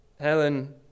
Helen